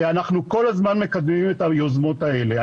אנחנו כל הזמן מקדמים את היוזמות האלה.